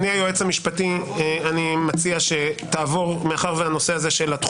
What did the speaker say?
חברת הכנסת טלי גוטליב, אני קורא אותך לסדר.